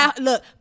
Look